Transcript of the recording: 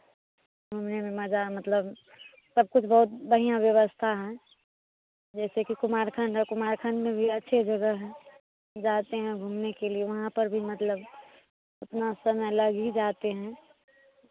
घूमने में मज़ा मतलब सब कुछ बहुत बढ़ियाँ व्यवस्था है जैसेकि कुमारखंड है कुमारखंड में भी अच्छी जगह है जाते हैं घूमने के लिए वहाँ पर भी मतलब उतना समय लग ही जाते हैं